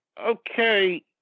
okay